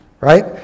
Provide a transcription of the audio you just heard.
Right